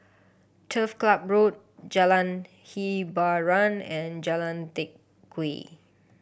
Turf Club Road Jalan Hiboran and Jalan Teck Whye